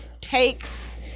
takes